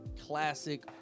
classic